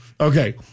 Okay